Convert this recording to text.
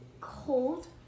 cold